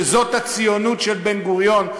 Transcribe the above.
שזאת הציונות של בן-גוריון,